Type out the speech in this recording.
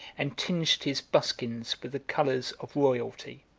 and tinged his buskins with the colors of royalty.